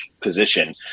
position